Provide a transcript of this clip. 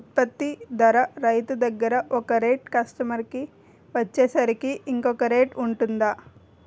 ఉత్పత్తి ధర రైతు దగ్గర ఒక రేట్ కస్టమర్ కి వచ్చేసరికి ఇంకో రేట్ వుంటుందా?